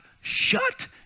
shut